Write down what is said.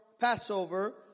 Passover